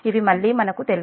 ఇవి మళ్ళీ మనకు తెలుసు